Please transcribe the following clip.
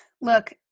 look